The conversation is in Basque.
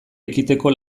ekiteko